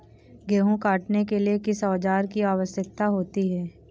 गेहूँ काटने के लिए किस औजार की आवश्यकता होती है?